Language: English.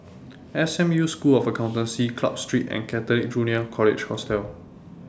S M U School of Accountancy Club Street and Catholic Junior College Hostel